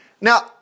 Now